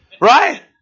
Right